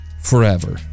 forever